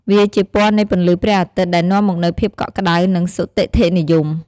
វាជាពណ៌នៃពន្លឺព្រះអាទិត្យ ដែលនាំមកនូវភាពកក់ក្តៅ និងសុទិដ្ឋិនិយម។